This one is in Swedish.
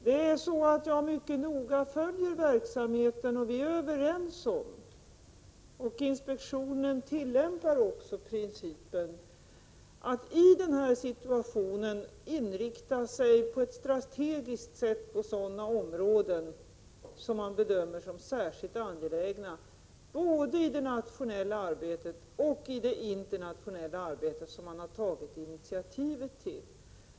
Jag följer verksamheten mycket noga, och vi är överens om att inspektionen i den här situationen skall tillämpa principen — vilket man också gör — att på ett strategiskt sätt inrikta sig på sådana områden som man bedömer som särskilt angelägna, både i det nationella arbetet och i det internationella arbete man har tagit initiativet till.